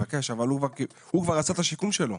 אבל הוא כבר עשה את השיקום שלו.